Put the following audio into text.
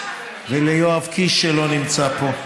וליואב קיש, שלא נמצא פה,